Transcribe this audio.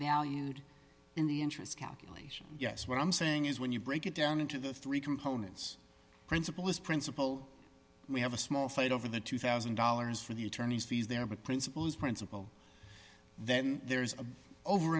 valued in the interest calculation yes what i'm saying is when you break it down into the three components principle this principle we have a small fight over the two thousand dollars for the attorneys fees there but principle is principle then there is a over